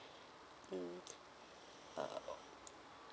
mm uh oo